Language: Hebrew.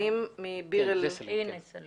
בוקר טוב